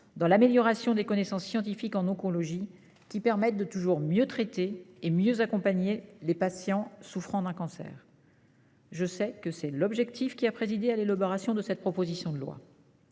dans l'amélioration des connaissances scientifiques en oncologie, qui permettent de toujours mieux traiter et mieux accompagner les patients souffrant d'un cancer. Je sais que c'est l'objectif qui a présidé à l'élaboration de cette proposition de loi.